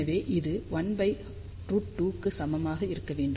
எனவே இது 1√2 க்கு சமமாக இருக்க வேண்டும்